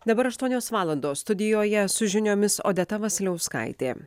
dabar aštuonios valandos studijoje su žiniomis odeta vasiliauskaitė